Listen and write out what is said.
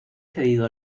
cedido